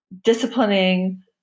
disciplining